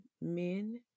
men